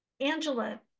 Angela